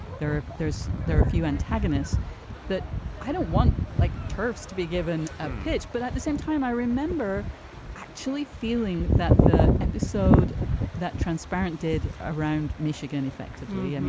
there are there's there are few antagonists that i don't want like turfs to be given a pitch. but at the same time, i remember actually feeling that the episode that transparant did around michigan effectively, and